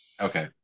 Okay